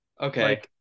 okay